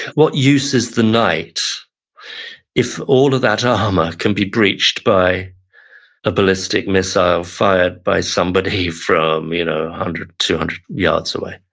what use is the knight if all of that armor can be breached by a ballistic missile fired by somebody from you know ten, two hundred yards away?